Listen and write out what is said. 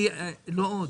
לא עוד.